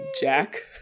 Jack